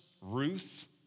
Ruth